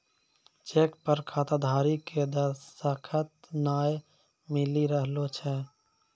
cheque पर खाताधारी के दसखत नाय मिली रहलो छै